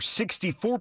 64%